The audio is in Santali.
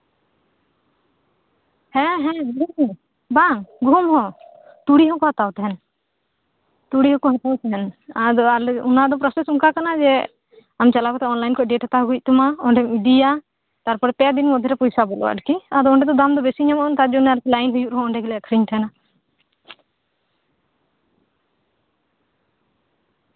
ᱦᱮᱸ ᱦᱮᱸ ᱞᱟᱹᱭ ᱢᱮ ᱵᱟᱝ ᱜᱩᱦᱩᱢ ᱦᱚᱸ ᱛᱩᱲᱤ ᱦᱚᱸᱠᱚ ᱦᱟᱛᱟᱣ ᱛᱟᱦᱮᱸᱱ ᱛᱩᱲᱤ ᱦᱚᱸᱠᱚ ᱦᱟᱛᱟᱣ ᱛᱟᱦᱮᱸᱱ ᱚᱱᱟ ᱨᱮᱱᱟᱜ ᱯᱨᱚᱥᱮᱥ ᱚᱱᱠᱟ ᱠᱟᱱᱟ ᱡᱮ ᱟᱢ ᱪᱟᱞᱟᱣ ᱠᱟᱛᱮ ᱚᱱᱞᱟᱭᱤᱱ ᱠᱷᱚᱡ ᱰᱮᱴ ᱦᱟᱛᱟᱣ ᱟᱜᱩᱭ ᱦᱩᱭᱩᱜ ᱛᱟᱢᱟ ᱟᱢ ᱚᱸᱰᱮᱢ ᱤᱫᱤᱭᱟ ᱛᱟᱨᱯᱚᱨ ᱯᱮ ᱫᱤᱱ ᱢᱚᱫᱽᱫᱷᱮ ᱨᱮ ᱯᱚᱭᱥᱟ ᱵᱚᱞᱚᱜᱼᱟ ᱟᱨᱠᱤ ᱟᱫᱚ ᱚᱸᱰᱮ ᱫᱚ ᱫᱟᱢ ᱵᱤᱥᱤ ᱧᱟᱢᱚᱜᱼᱟ ᱟᱨᱠᱤ ᱟᱫᱚ ᱞᱟᱭᱤᱱ ᱦᱩᱭᱩᱜᱼᱟ ᱛᱟᱨ ᱡᱚᱱᱱᱚ ᱚᱸᱰᱮ ᱜᱮᱞᱮ ᱟᱠᱷᱨᱤᱧ ᱛᱟᱦᱮᱸᱱᱟ